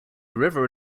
river